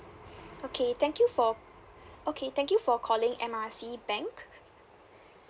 okay thank you for okay thank you for calling M R C bank